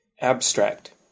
Abstract